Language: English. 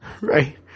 Right